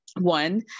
one